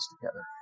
together